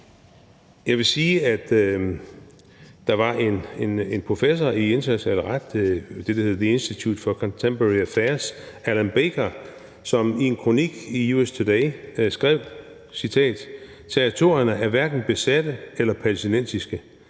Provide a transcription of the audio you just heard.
Jeg vil sige, at der var en professor i international ret, Alan Baker, fra det, der hedder The Institute for Contemporary Affairs, som i en kronik i USA Today skrev: Territorierne er hverken besatte eller palæstinensiske.